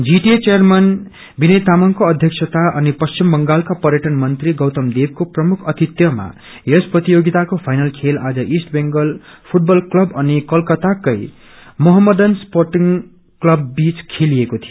GTA chairman विय तामंगको अध्यक्षता अनि पश्चिम बंगालका पर्यअन मंत्री गौतम देवको प्रममुख अतिथ्यामा यस प्रतियोगिताको फाइनल खेल आज ईष्ट बेंगल फूटबल क्लब अनि कलकत्ताकै मोहम्मडन स्पोटिङ क्लब बीच खेलिएको थियो